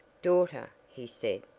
daughter, he said,